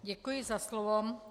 Děkuji za slovo.